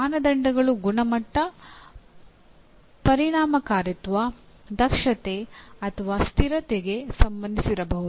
ಮಾನದಂಡಗಳು ಗುಣಮಟ್ಟ ಪರಿಣಾಮಕಾರಿತ್ವ ದಕ್ಷತೆ ಅಥವಾ ಸ್ಥಿರತೆಗೆ ಸಂಬಂಧಿಸಿರಬಹುದು